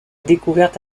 découverte